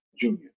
Junior